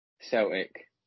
Celtic